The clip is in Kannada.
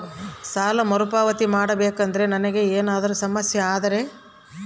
ಸಾಲ ಮರುಪಾವತಿ ಮಾಡಬೇಕಂದ್ರ ನನಗೆ ಏನಾದರೂ ಸಮಸ್ಯೆ ಆದರೆ?